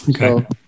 Okay